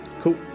Cool